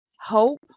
hope